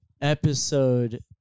episode